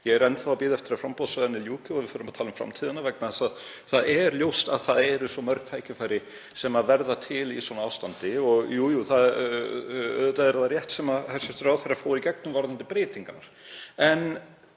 Ég er enn að bíða eftir að framboðsræðunni ljúki og við förum að tala um framtíðina, vegna þess að það er ljóst að það eru svo mörg tækifæri sem verða til í svona ástandi. Auðvitað er það rétt sem hæstv. ráðherra fór í gegnum varðandi breytingarnar,